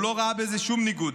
הוא לא ראה בזה שום ניגוד.